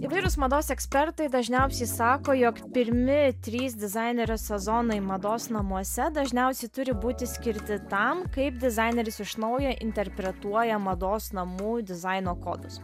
įvairūs mados ekspertai dažniausiai sako jog pirmi trys dizainerio sezonai mados namuose dažniausiai turi būti skirti tam kaip dizaineris iš naujo interpretuoja mados namų dizaino kodus